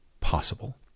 possible